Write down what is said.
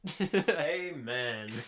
Amen